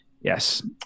Yes